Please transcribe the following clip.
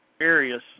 areas